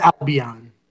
Albion